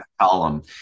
column